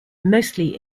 mostly